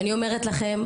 ואני אומרת לכם,